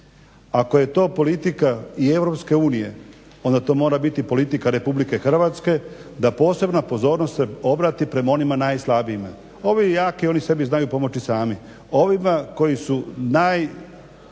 Ako je to politika i EU onda to mora biti politika RH da se posebna pozornost obrati prema onim najslabijima. Ovi jaki oni sebi znaju pomoći i sami. Ovima koji su